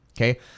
Okay